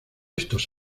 estos